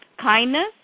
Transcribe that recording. kindness